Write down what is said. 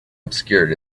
obscured